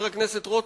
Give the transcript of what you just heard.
חבר הכנסת רותם,